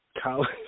College